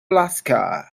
alaska